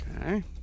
Okay